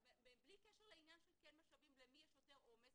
בלי קשר לעניין של משאבים ולמי יש יותר עומס.